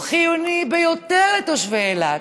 הוא חיוני ביותר לתושבי אילת.